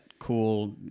cool